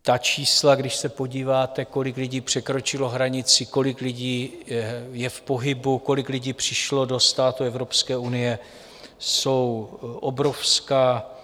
Ta čísla, když se podíváte, kolik lidí překročilo hranici, kolik lidí je v pohybu, kolik lidí přišlo do států Evropské unie, jsou obrovská.